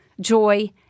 joy